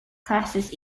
classes